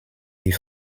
die